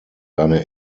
eine